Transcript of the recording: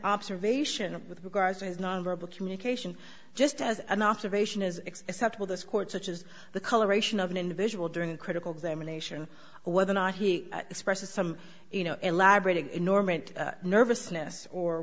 observation of with regard to his nonverbal communication just as an observation is acceptable this court such as the coloration of an individual during a critical examination whether or not he expresses some you know elaborating a norm and nervousness or